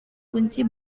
kunci